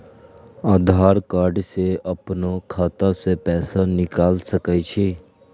आधार कार्ड से अपनो खाता से पैसा निकाल सके छी?